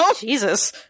Jesus